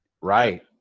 Right